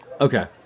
Okay